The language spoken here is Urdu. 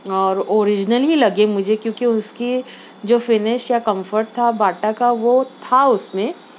اور اوریجنل ہی لگے مجھے کیونکہ اس کی جو فنش یا کمفرٹ تھا باٹا کا وہ تھا اس میں